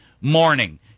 morning